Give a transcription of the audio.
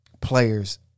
players